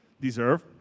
Deserve